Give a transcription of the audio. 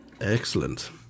Excellent